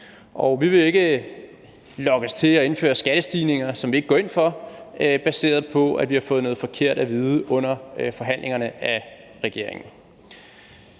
til at indføre skattestigninger, som vi ikke går ind for, baseret på, at vi har fået noget forkert at vide af regeringen